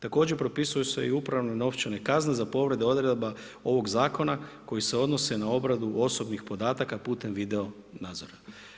Također propisuju se i upravne novčane kazne za povredu odredba ovog zakona, koji se odnose na obradu osobnih podataka putem video nazora.